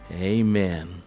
Amen